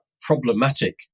problematic